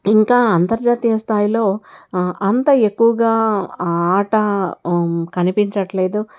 ఇంక అంతర్జాతీయ స్థాయిలో అంతా ఎక్కువగా ఆ ఆట కనిపించటం లేదు